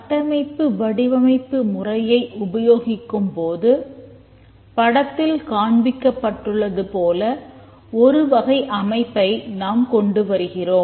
கட்டமைப்பு வடிவமைப்பு முறையை உபயோகிக்கும்போது படத்தில் காண்பிக்கப்பட்டுள்ளது போல ஒரு வகை அமைப்பை நாம் கொண்டு வருகிறோம்